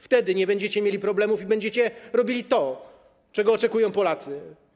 Wtedy nie będziecie mieli problemów i będziecie robili to, czego oczekują Polacy.